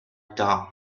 done